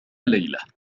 ليلة